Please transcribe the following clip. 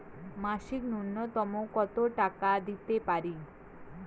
মাসিক নূন্যতম কত টাকা দিতে পারি?